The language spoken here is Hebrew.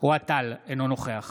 אוהד טל, אינו נוכח